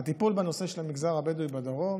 הטיפול בנושא של המגזר הבדואי בדרום